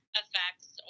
effects